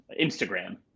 Instagram